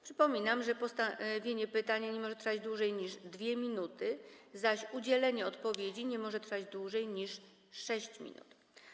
Przypominam, że postawienie pytania nie może trwać dłużej niż 2 minuty, zaś udzielenie odpowiedzi nie może trwać dłużej niż 6 minut.